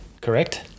Correct